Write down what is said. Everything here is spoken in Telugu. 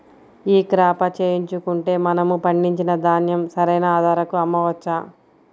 ఈ క్రాప చేయించుకుంటే మనము పండించిన ధాన్యం సరైన ధరకు అమ్మవచ్చా?